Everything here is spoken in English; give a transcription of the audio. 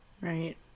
Right